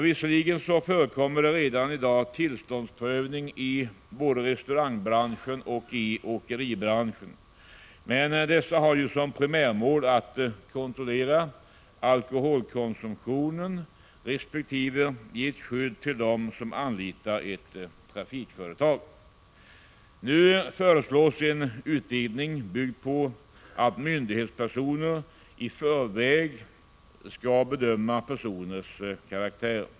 Visserligen förekommer redan i dag tillståndsprövning i både restaurangbranschen och åkeribranschen, men dessa har ju som primärmål att kontrollera alkoholkonsumtionen resp. ge ett skydd till dem som anlitar ett trafikföretag. Nu föreslås en utvidgning byggd på att myndighetspersoner i förväg skall bedöma personers karaktär.